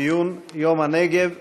ציון יום הנגב,